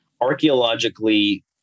archaeologically